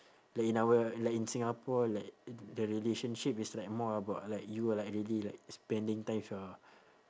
like in our like in singapore like the relationship is like more about like you like already like spending time with your